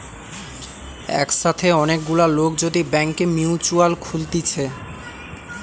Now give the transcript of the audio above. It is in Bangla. একসাথে অনেক গুলা লোক যদি ব্যাংকে মিউচুয়াল খুলতিছে